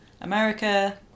America